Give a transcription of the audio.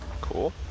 cool